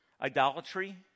idolatry